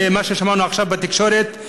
ממה ששמענו עכשיו בתקשורת,